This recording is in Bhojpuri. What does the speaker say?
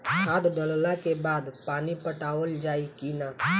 खाद डलला के बाद पानी पाटावाल जाई कि न?